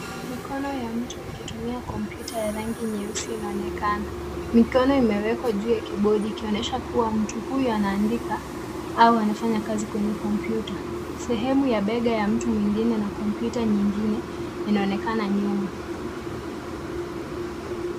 Mikono ya mtu ikitumia kompyuta ya rangi nyeusi inaonekana. Mikono imewekwa juu ya kibodi ikionyesha kuwa mtu huyu anaandika au anafanya kazi kwenye kompyuta. Sehemu ya benga ya mtu mwingine ina kompyuta nyingine inaonekana nyuma.